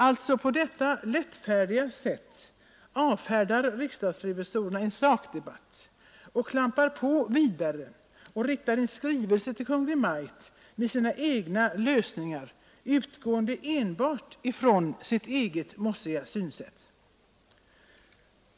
Alltså, på detta lättfärdiga sätt avfärdar riksdagsrevisorerna en sakdebatt och klampar vidare genom att rikta en skrivelse till Kungl. Maj:t med sina egna lösningar utgående enbart från sitt eget ”mossiga” synsätt.